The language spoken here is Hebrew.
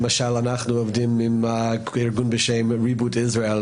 למשל אנחנו עובדים עם ארגון בשם --- ויש